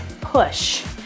push